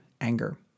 anger